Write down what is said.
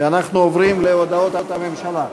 אנחנו עוברים להודעות הממשלה.